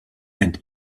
and